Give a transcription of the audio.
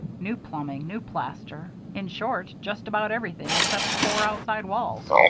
new plumbing, new plaster in short, just about everything except the four outside walls.